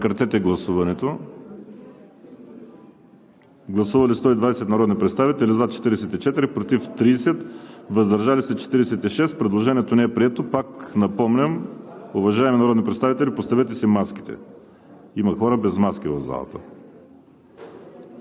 представители. Гласували 120 народни представители: за 44, против 30, въздържали се 46. Предложението не е прието. Пак напомням: уважаеми народни представители, поставете си маските! Има хора в залата